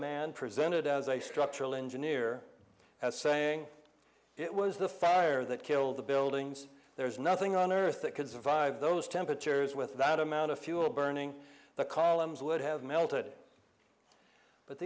man presented as a structural engineer as saying it was the fire that killed the buildings there's nothing on earth that could survive those temperatures with that amount of fuel burning the columns would have melted but